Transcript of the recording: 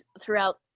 throughout